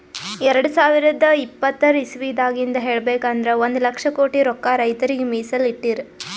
ಎರಡ ಸಾವಿರದ್ ಇಪ್ಪತರ್ ಇಸವಿದಾಗಿಂದ್ ಹೇಳ್ಬೇಕ್ ಅಂದ್ರ ಒಂದ್ ಲಕ್ಷ ಕೋಟಿ ರೊಕ್ಕಾ ರೈತರಿಗ್ ಮೀಸಲ್ ಇಟ್ಟಿರ್